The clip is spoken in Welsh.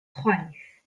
chwaith